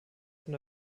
von